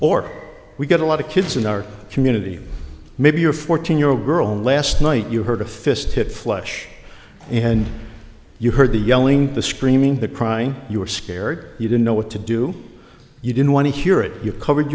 or we get a lot of kids in our community maybe your fourteen year old girl last night you heard a fist hit flesh and you heard the yelling the screaming the crying you were scared you didn't know what to do you didn't want to hear it you covered